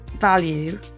value